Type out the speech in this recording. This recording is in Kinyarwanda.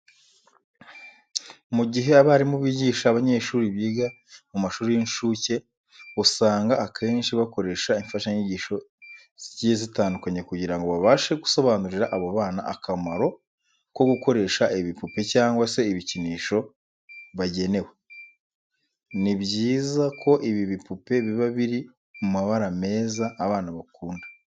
Mu gihe abarimu bigisha abanyeshuri biga mu mashuri y'incuke usanga akenshi bakoresha imfashanyigisho zigiye zitandukanye kugira ngo babashe gusobanurira abo bana akamaro ko gukoresha ibipupe cyangwa se ibikinisho bagenewe. Ni byiza ko ibi bipupe biba biri mu mabara meza abana bakunda.